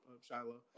Shiloh